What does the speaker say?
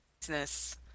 business